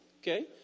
Okay